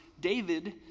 David